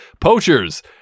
poachers